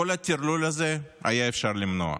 את כל הטרלול הזה, אפשר היה למנוע.